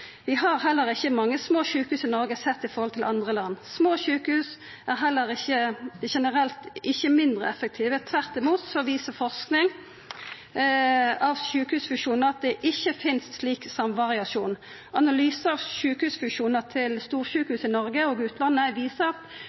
Vi har heller ikkje mange små sjukehus i Noreg sett i høve til andre land. Små sjukehus er generelt ikkje mindre effektive. Tvert om viser forsking når det gjeld sjukehusfusjonar at det ikkje finst slik samvariasjon. Analysar av sjukehusfusjonar til storsjukehus i Noreg og utlandet viser